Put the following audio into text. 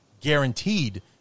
guaranteed